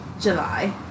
July